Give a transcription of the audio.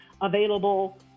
available